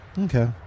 Okay